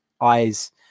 eyes